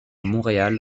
montréal